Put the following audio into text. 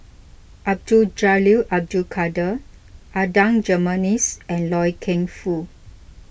Abdul Jalil Abdul Kadir Adan Jimenez and Loy Keng Foo